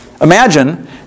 Imagine